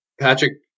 Patrick